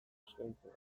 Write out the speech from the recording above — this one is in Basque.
eskaintzea